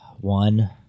One